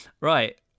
Right